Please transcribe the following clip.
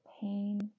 pain